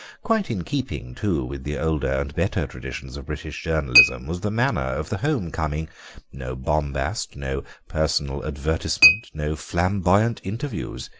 quite in keeping, too, with the older and better traditions of british journalism was the manner of the home-coming no bombast, no personal advertisement, no flamboyant interviews.